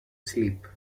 sleep